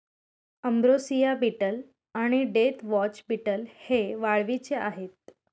ambrosia beetle आणि deathwatch beetle हे वाळवीचे आहेत